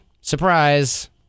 Surprise